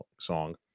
song